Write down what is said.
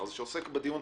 שעוסק בדיון,